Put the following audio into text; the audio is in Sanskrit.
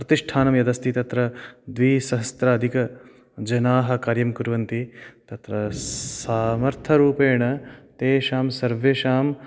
प्रतिष्ठानं यद् अस्ति तत्र द्विसहस्राधिकजनाः कार्यं कुर्वन्ति तत्र समर्थरूपेण तेषां सर्वेषाम्